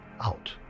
out